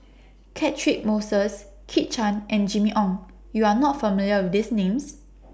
Catchick Moses Kit Chan and Jimmy Ong YOU Are not familiar with These Names